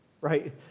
right